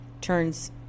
turns